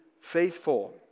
faithful